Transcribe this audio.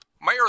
Mayor